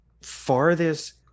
farthest